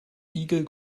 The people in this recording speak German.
igel